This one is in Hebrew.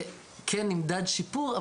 שם כן נמדד שיפור,